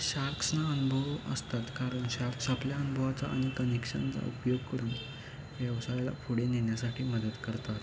शार्क्सना अनुभव असतात कारण शार्क्स आपल्या अनुभवाचा आणि कनेक्शनचा उपयोग करून व्यवसायाला पुढे नेण्यासाठी मदत करतात